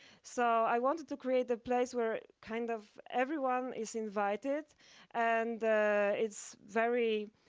so i wanted to create a place where kind of everyone is invited and it's very,